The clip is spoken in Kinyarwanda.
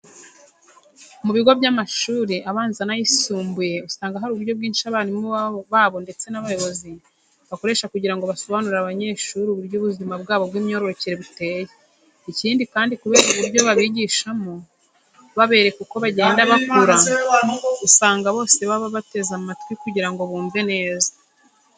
Mu bigo by'amashuri abanza n'ayisumbuye usanga hari uburyo bwinshi abarimu babo ndetse n'abayobozi bakoresha kugira ngo basobanurire abanyeshuri uburyo ubuzima bwabo by'imyororokere buteye. Ikindi kandi kubera uburyo babigishamo babereka uko bagenda bakura, usanga bose baba bateze amatwi kugira ngo bumve neza.